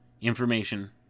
information